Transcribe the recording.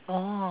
oh